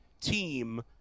team